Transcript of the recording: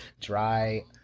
dry